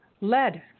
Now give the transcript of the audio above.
lead